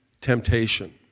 Temptation